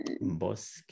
Bosque